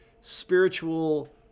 spiritual